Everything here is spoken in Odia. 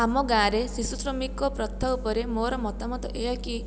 ଆମ ଗାଁ ରେ ଶିଶୁ ଶ୍ରମିକ ପ୍ରଥା ଉପରେ ମୋର ମତାମତ ଏଇଆ କି